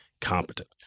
competent